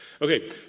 Okay